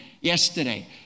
yesterday